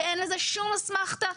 שאין לזה שום אסמכתה,